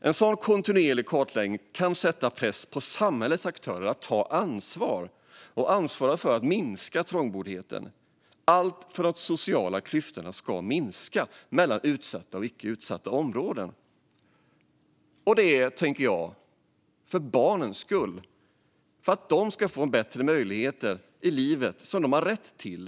En sådan kontinuerlig kartläggning kan sätta press på samhällets aktörer att ta ansvar för att minska trångboddheten - allt för att de sociala klyftorna ska minska mellan utsatta och icke utsatta områden. Det är för barnens skull, tänker jag. Det är för att de ska få bättre möjligheter i livet, vilket de har rätt till.